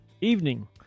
evening